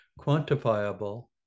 quantifiable